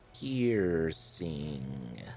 piercing